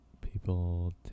People